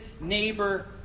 Neighbor